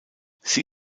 sie